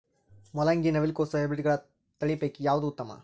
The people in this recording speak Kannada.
ಮೊಲಂಗಿ, ನವಿಲು ಕೊಸ ಹೈಬ್ರಿಡ್ಗಳ ತಳಿ ಪೈಕಿ ಯಾವದು ಉತ್ತಮ?